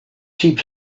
cheap